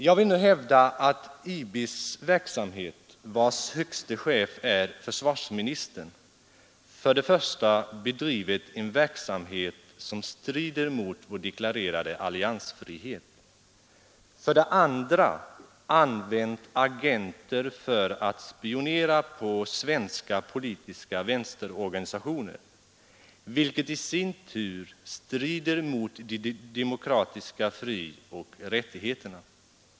Jag vill nu hävda att IB:s verksamhet, vars högste chef är försvarsministern, för det första bedrivit en verksamhet som strider mot vår deklarerade alliansfrihet, för det andra använt agenter för att spionera på svenska politiska vänsterorganisationer, vilket i sin tur strider mot de demokratiska frioch rättigheterna.